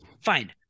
fine